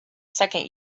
second